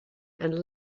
and